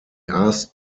asked